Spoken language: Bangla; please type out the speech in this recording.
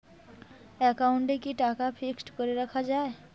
একাউন্টে কি টাকা ফিক্সড করে রাখা যায়?